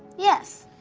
yes.